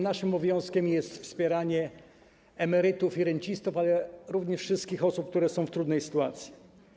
Naszym obowiązkiem jest wspieranie emerytów i rencistów, ale również wszystkich osób, które są w trudnej sytuacji.